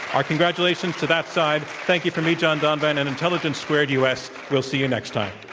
our congratulations to that side. thank you from me, john donvan and intelligence squared us. we'll see you next time.